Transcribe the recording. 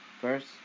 First